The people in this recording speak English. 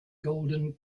golden